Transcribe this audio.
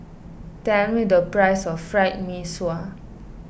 tell me the price of Fried Mee Sua